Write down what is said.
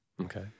Okay